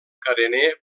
carener